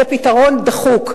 זה פתרון דחוק.